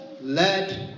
let